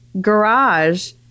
garage